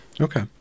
okay